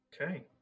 Okay